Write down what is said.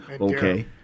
okay